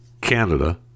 Canada